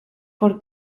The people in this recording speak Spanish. por